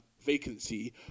vacancy